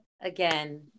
again